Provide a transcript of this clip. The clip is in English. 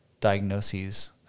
diagnoses